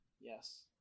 Yes